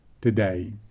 today